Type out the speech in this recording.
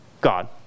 God